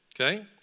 okay